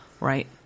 Right